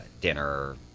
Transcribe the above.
dinner